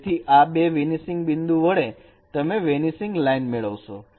તેથી આ બે વેનીસિંગ બિંદુ વડે તમે વેનીસિંગ લાઈન મેળવશો